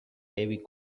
heavy